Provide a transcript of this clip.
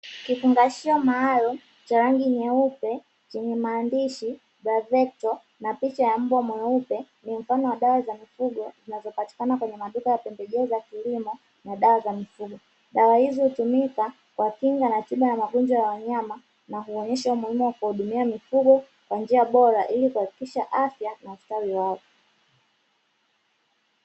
Kifungashio maalum cha rangi nyeupe chenye maandishi gazeti na picha ya mbwa mweupe, ni mfano wa dawa za mifugo zinazopatikana kwenye maduka ya pembejeo za kilimo na dawa za mifugo, dawa hizo hutumika kwa kinga tiba ya magonjwa ya wanyama, na huonyesha umuhimu wa kuwahudumia mifugo kwa njia bora ili kuhakikisha afya na ustawi wao.